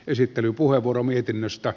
esittelypuheenvuoro mietinnöstä